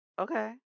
okay